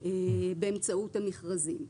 באמצעות המכרזים.